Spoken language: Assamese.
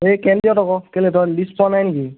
এই কেন্দ্ৰীয়ত আকৌ কেলৈ তই লিষ্ট চোৱা নাই নেকি